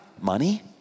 Money